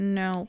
no